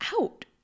out